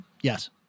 Yes